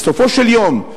בסופו של יום,